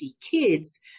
kids